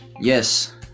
Yes